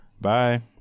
bye